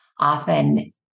Often